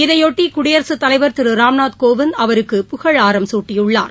இதைபொட்டி குடியரசுத் தலைவர் திரு ராம்நாத் கோவிந்த் அவருக்கு புகழாரம் சூட்டியுள்ளார்